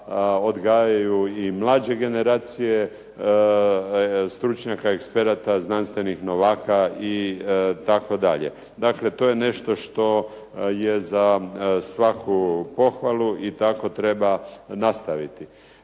odgajaju i mlađe generacije stručnjaka eksperata, znanstvenim novaka itd. Dakle, to je nešto što je za svaku pohvalu i tako treba nastaviti.